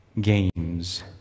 games